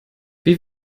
wie